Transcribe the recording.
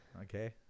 Okay